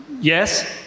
yes